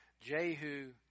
Jehu